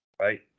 right